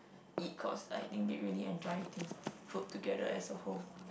eat cause I think they really enjoy eating food together as a whole